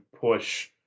push